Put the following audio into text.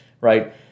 right